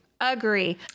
Agree